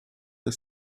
the